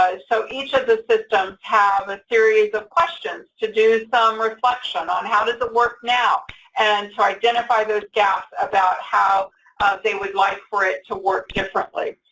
ah so each of the systems have a series of questions to do some reflection on how does it work now and to identify those gaps about how they would like for it to work differently.